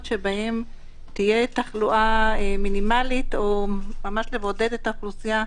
שבהם תהיה תחלואה מינימלית או ממש לבודד את האוכלוסייה,